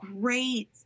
great